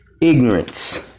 Ignorance